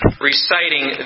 reciting